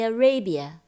Arabia